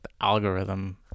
algorithm